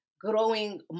growing